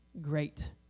great